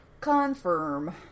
Confirm